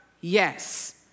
Yes